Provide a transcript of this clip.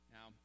Now